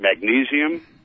magnesium